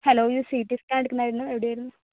hello ഇത് C T scan എടുക്കുന്നായിരുന്നു എവിടെയായിരുന്നു